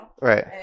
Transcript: Right